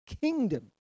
kingdom